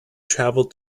travel